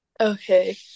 Okay